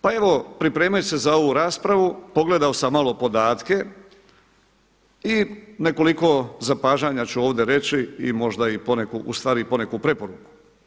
Pa evo pripremajući se za ovu raspravu pogledao sam malo podatke i nekoliko zapažanja ću ovdje reći možda ustvari poneku preporuku.